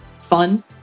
fun